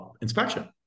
inspection